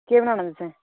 केह् बनाना तुसें